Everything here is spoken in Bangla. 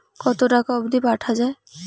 কতো টাকা অবধি পাঠা য়ায়?